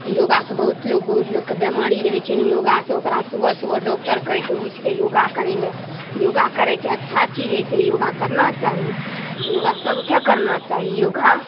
योगासे बहुत लोक बहुत लोकके बेमारी रहै छै ने योगासे ओकरा सुबह सुबह डॉकटर कहै छै उठिके योगा करैलए योगा करैसे अच्छा चीज होइ छै योगा करना चाही योगा सभकेँ करना चाही योगा